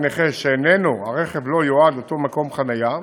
שאיננו הרכב שלו יועד אותו מקום חניה,